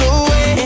away